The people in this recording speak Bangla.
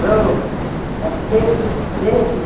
হ্যালো হ্যাঁ কে কে